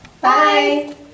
Bye